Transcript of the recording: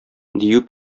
дию